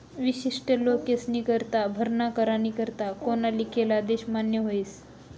विशिष्ट लोकेस्नीकरता भरणा करानी करता कोना लिखेल आदेश मान्य व्हस